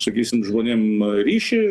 sakysim žmonėm ryšį